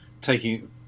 taking